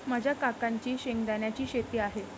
माझ्या काकांची शेंगदाण्याची शेती आहे